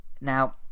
Now